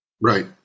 Right